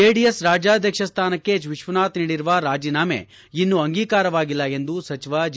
JDS ರಾಜ್ಯಾಧ್ವಕ್ಷ ಸ್ಥಾನಕ್ಕೆ H Vishwanath ನೀಡಿರುವ ರಾಜೀನಾಮೆ ಇನ್ನೂ ಅಂಗೀಕಾರವಾಗಿಲ್ಲ ಎಂದು ಸಚಿವ ಜಿ